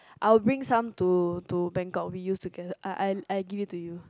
I will bring some to to Bangkok we us together I I I give it to you